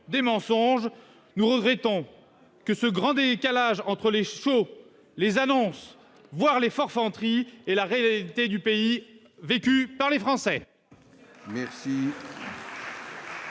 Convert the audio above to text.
de mensonges ... Nous regrettons ce grand décalage entre les shows, les annonces, voire les forfanteries, et la réalité vécue par les Français.